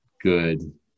good